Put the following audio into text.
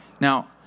Now